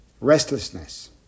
restlessness